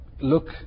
look